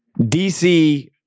DC